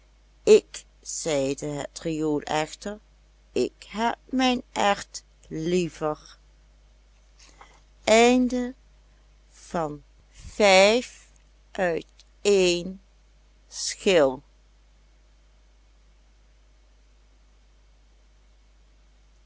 ik zeide het riool echter ik heb mijn erwt liever de